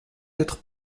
être